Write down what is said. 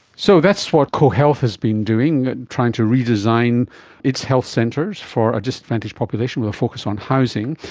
so that's what cohealth has been doing, trying to redesign its health centres for a disadvantaged population, with a focus on housing.